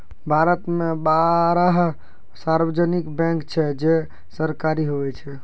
भारत मे बारह सार्वजानिक बैंक छै जे सरकारी हुवै छै